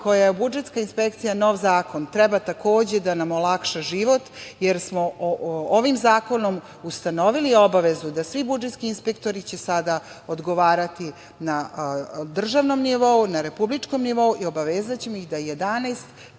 koja je budžetska inspekcija, nov zakon, treba takođe da nam olakša život, jer smo ovim zakonom ustanovili obavezu da će svi budžetski inspektori sada odgovarati na državnom nivou, na republičkom nivou i obavezaćemo ih da 11